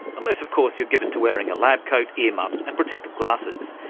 unless of course you're given to wearing a lab coat, ear muffs and protective glasses.